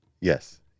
Yes